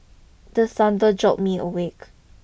the thunder jolt me awake